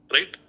Right